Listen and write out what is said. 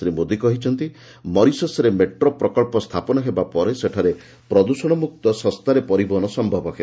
ଶ୍ରୀ ମୋଦୀ କହିଛନ୍ତି ମରିସସ୍ରେ ମେଟ୍ରୋ ପ୍ରକ୍ସ ସ୍ଥାପନ ହେବା ପରେ ସେଠାରେ ପ୍ରଦୃଷଣ ମୁକ୍ତ ଓ ଶସ୍ତାରେ ପରିବହନ ସମ୍ଭବ ହେବ